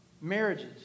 marriages